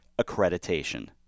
accreditation